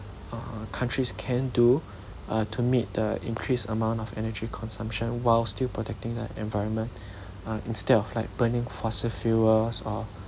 uh countries can do uh to meet the increased amount of energy consumption while still protecting the environment uh instead of like burning fossil fuels or